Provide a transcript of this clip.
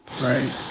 right